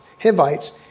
Hivites